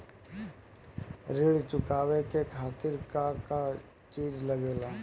ऋण चुकावे के खातिर का का चिज लागेला?